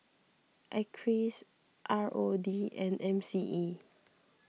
Acres R O D and M C E